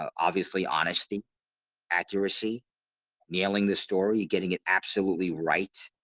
obviously honesty accuracy nailing the story getting it absolutely, right?